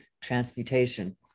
transmutation